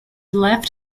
left